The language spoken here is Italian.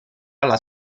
alla